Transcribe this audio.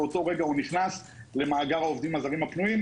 באותו רגע הוא נכנס למאגר העובדים הזרים הפנויים,